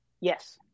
Yes